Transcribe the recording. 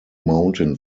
mountain